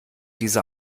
diese